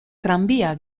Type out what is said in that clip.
tranbia